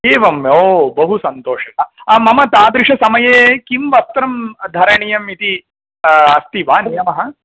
एवं ओ बहु सन्तोषः मम तादृशसमये किं वस्त्रं धरणीयमिति अस्ति वा नियमः